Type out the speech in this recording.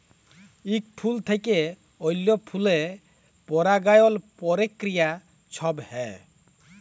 ইক ফুল থ্যাইকে অল্য ফুলে পরাগায়ল পক্রিয়া ছব হ্যয়